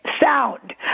sound